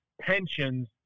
pensions